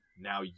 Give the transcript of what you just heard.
Now